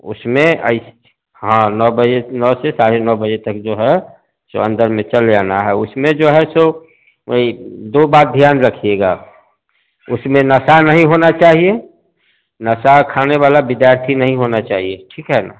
उसमें ऐस हाँ नौ बजे नौ से साढ़े नौ बजे तक जो है सो अंदर में चले आना है उसमें जो है सो वही दो बात ध्यान रखिएगा उसमें नशा नहीं होना चाहिए नशा खाने वाला विद्यार्थी नहीं होना चाहिए ठीक है ना